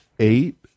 eight